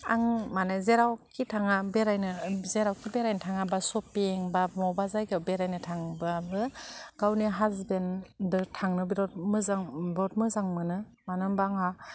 आं माने जेरावखि थाङा बेरायनो जेरावखि बेरायनो थाङा बा सपिं बा मबा जायगायाव बेरायनो थांबाबो गावनि हासबेन्डदो थांनो बेराद मोजां बहुद मोजां मोनो मानो होनबा आंहा